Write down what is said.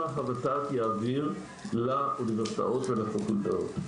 נתונים כמה הות"ת יעביר לאוניברסיטאות של הפקולטות,